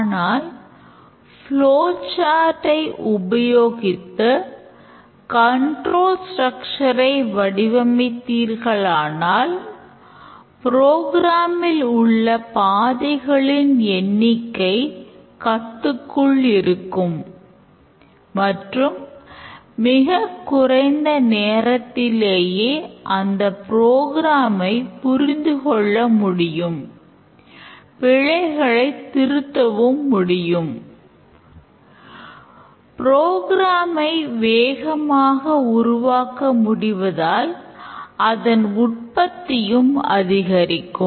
ஆனால் flow chart ஐ வேகமாக உருவாக்க முடிவதால் அதன் உற்பத்தியும் அதிகரிக்கும்